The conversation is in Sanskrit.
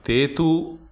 ते तु